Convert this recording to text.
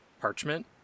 parchment